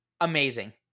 amazing